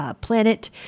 planet